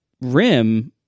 RIM